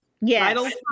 Yes